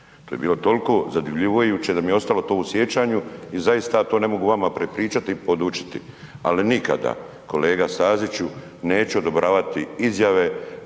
to je bilo toliko zadivljujuće da mi je ostalo to u sjećanju i zaista je ja to ne mogu vama prepričati i podučiti. Ali nikada kolega Staziću neću odobravati izjave